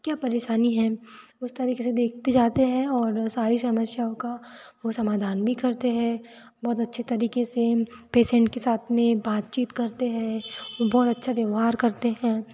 क्या परेशानी है उस तरीक़े से देखते जाते हैं और सारी समस्याओं का वो समाधान भी करते हैं बहुत अच्छे तरीक़े से पेसेंट के साथ में बातचीत करते हैं बहुत अच्छा व्यवहार करते हैं